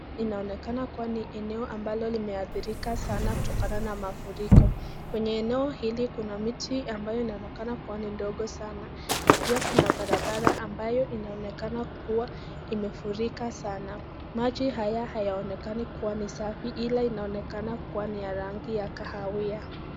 Inaonekana kuwa ni eneo ambalo limeadhirika sana kutokana na mafuriko, kwenye eneo hili kuna miti ambayo inaonekana ni ndogo sana na pia kuna barabara ambayo inaonekana kuwa imefurika sana, maji haya hayaonekani kuwa ni safi ila inaonekana kuwa ni ya rangi ya kahawia.